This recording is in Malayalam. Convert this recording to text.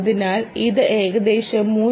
അതിനാൽ ഇത് ഏകദേശം 3